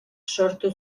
sortu